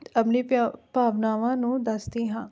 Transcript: ਆਪਣੀ ਭਾ ਭਾਵਨਾਵਾਂ ਨੂੰ ਦੱਸਦੀ ਹਾਂ